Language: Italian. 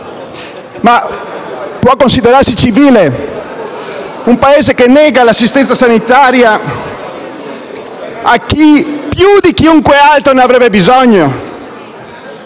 se può considerarsi civile un Paese che nega l'assistenza sanitaria a chi più di chiunque altro ne avrebbe bisogno,